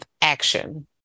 action